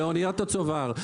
לאניות הצובר.